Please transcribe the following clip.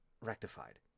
rectified